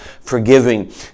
forgiving